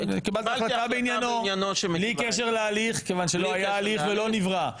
חריג, בהגדרתו, הוא פתח צר דווקא, לא רחב מאוד.